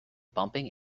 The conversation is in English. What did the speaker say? bumping